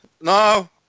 No